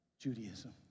Judaism